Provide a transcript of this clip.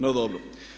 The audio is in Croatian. No dobro.